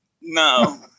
No